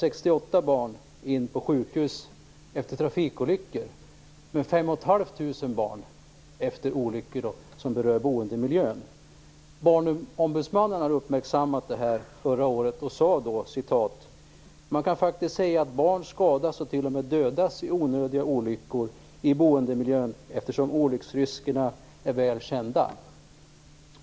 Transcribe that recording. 1994 Barnombudsmannen uppmärksammade detta förra året och sade då: "Man kan faktiskt säga att barn skadas och till och med dödas i onödiga olyckor i boendemiljön, eftersom olycksriskerna är väl kända.